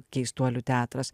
keistuolių teatras